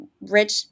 rich